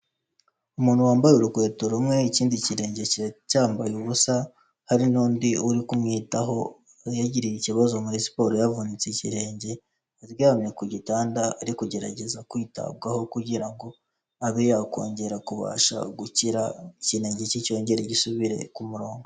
Umuntu wambaye urukweto rumwe ikindi kirenge cyambaye ubusa, hari n'undi uri kumwitaho yagiriye ikibazo muri siporo yavunitse ikirenge, aryamye ku gitanda ari kugerageza kwitabwaho kugira ngo abe yakongera kubasha gukira, ikirwnge cye cyongere gisubire ku murongo.